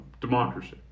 democracy